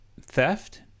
theft